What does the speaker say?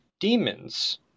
demons